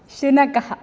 शुनकः